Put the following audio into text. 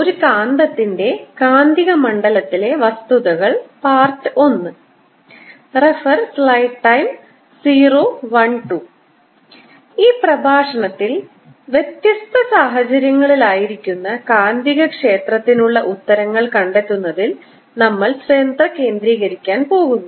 ഒരു കാന്തത്തിന്റെ കാന്തിക മണ്ഡലത്തിൻറെ വസ്തുതകൾ I ഈ പ്രഭാഷണത്തിൽ വ്യത്യസ്ത സാഹചര്യങ്ങളിൽ ആയിരിക്കുന്ന കാന്തികക്ഷേത്രത്തിനുള്ള ഉത്തരങ്ങൾ കണ്ടെത്തുന്നതിൽ നമ്മൾ ശ്രദ്ധ കേന്ദ്രീകരിക്കാൻ പോകുന്നു